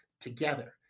Together